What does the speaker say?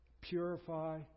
purify